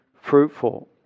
fruitful